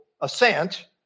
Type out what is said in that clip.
assent